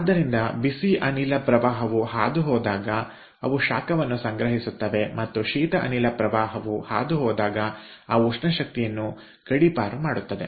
ಆದ್ದರಿಂದ ಬಿಸಿ ಅನಿಲದ ಪ್ರವಾಹವು ಹಾದುಹೋದಾಗ ಅವು ಶಾಖವನ್ನು ಸಂಗ್ರಹಿಸುತ್ತವೆ ಮತ್ತು ಶೀತ ಅನಿಲ ಪ್ರವಾಹವು ಹಾದುಹೋದಾಗ ಆ ಉಷ್ಣಶಕ್ತಿಯನ್ನು ಗಡೀಪಾರು ಮಾಡುತ್ತವೆ